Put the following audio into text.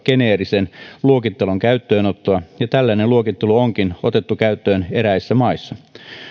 geneerisen luokittelun käyttöönottoa ja tällainen luokittelu onkin otettu käyttöön eräissä maissa